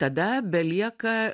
tada belieka